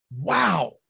Wow